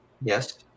Yes